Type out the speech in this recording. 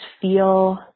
feel